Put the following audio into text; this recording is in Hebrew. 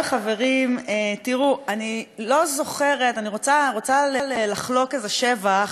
אני לא זוכרת אני רוצה לחלוק איזה שבח לרב גפני שיצא כרגע,